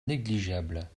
négligeable